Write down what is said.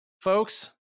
folks